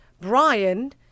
Brian